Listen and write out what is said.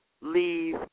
leave